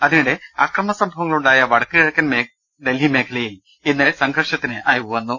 അതിനിടെ അക്രമ സംഭവങ്ങളുണ്ടായ വടക്കു കിഴക്കൻ ഡൽഹി മേഖലയിൽ ഇന്നലെ സംഘർഷത്തിന് അയവു വന്നു